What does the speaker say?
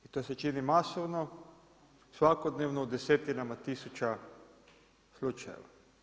To se čini masovno, svakodnevno u desetinama, tisuća slučajeva.